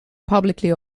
publicly